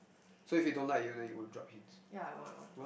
ya I won't